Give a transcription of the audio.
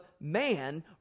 man